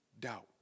doubt